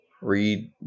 read